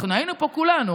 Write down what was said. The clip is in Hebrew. אנחנו היינו פה כולנו.